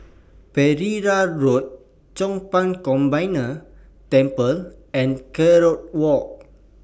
Pereira Road Chong Pang Combined Temple and Kerong Walk